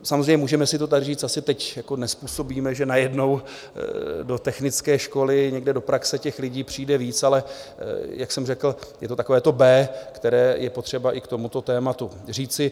Samozřejmě, můžeme si to tady říct, asi teď nezpůsobíme, že najednou do technické školy někde do praxe těch lidí přijde víc, ale, jak jsem řekl, je to takovéto to B, které je potřeba i k tomuto tématu říci.